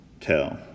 tell